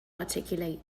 articulate